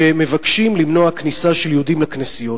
שמבקשים למנוע כניסה של יהודים לכנסיות.